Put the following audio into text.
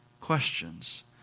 questions